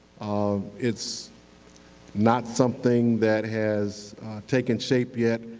um it's not something that has taken shape yet